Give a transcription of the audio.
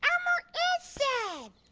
sad.